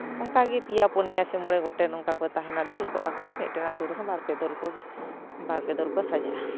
ᱚᱱᱠᱟᱜᱮ ᱯᱮᱭᱟ ᱯᱩᱱᱭᱟ ᱥᱮ ᱢᱚᱬᱮ ᱜᱚᱴᱮᱱ ᱱᱚᱝᱠᱟ ᱠᱚ ᱛᱟᱦᱮᱱᱟ ᱫᱚᱞ ᱠᱚᱜᱼᱟᱠᱚ ᱢᱤᱫᱴᱮᱱ ᱟᱹᱛᱩ ᱨᱮᱦᱚᱸ ᱵᱟᱨᱯᱮ ᱫᱚᱞ ᱠᱚ ᱵᱟᱨ ᱯᱮ ᱫᱚᱞ ᱠᱚ ᱥᱟᱡᱟᱜᱼᱟ